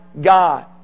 God